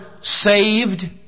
saved